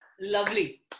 lovely